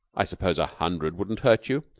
i suppose a hundred wouldn't hurt you?